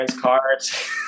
cards